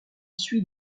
suit